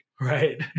Right